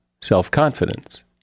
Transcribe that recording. self-confidence